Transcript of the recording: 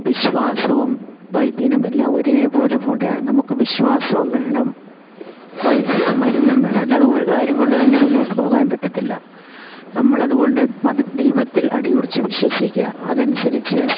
വിശ്വാസവും വൈദ്യനും എല്ലാം ഒരേപോലെ പോകേണ്ടതാണ് നമുക്കു വിശ്വാസവും വേണം വൈ മരുന്നും വേണം അല്ലാതെ ഒരു കാര്യം കൊണ്ട് തന്നെ മുന്നോട്ട് പോകാൻ പറ്റത്തില്ല നമ്മള് അതുകൊണ്ട് മത ദൈവത്തിൽ അടിയുറച്ച് വിശ്വസിക്കുക അതനുസരിച്ച്